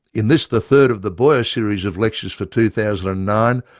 in this the third of the boyer series of lectures for two thousand and nine,